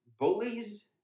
Bullies